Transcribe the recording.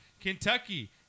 Kentucky